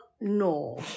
no